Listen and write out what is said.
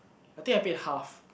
I think I paid half